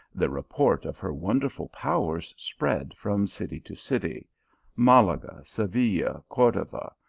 the report of her wonderful powers spread from city to city malaga, seville, cordova,